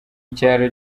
icyaro